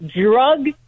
drug